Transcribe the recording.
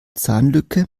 zahnlücke